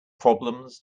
problems